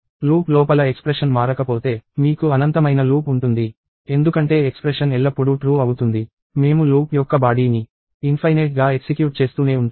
loop లోపల expression మారకపోతే మీకు అనంతమైన లూప్ ఉంటుంది ఎందుకంటే ఎక్స్ప్రెషన్ ఎల్లప్పుడూ ట్రూ అవుతుంది మేము లూప్ యొక్క బాడీ ని ఇన్ఫైనేట్ గా ఎక్సిక్యూట్ చేస్తూనే ఉంటాము